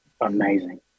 Amazing